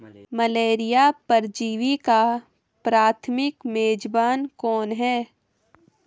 Malaria परजीवी का प्राथमिक मेजबान कौन है?